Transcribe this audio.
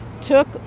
took